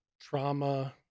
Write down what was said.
trauma